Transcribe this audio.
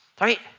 right